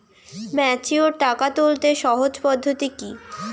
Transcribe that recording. Mature টাকা তুলতে সহজ পদ্ধতি কি?